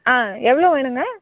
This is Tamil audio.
ஆ எவ்வளோ வேணுங்க